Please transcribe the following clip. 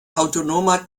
autonomer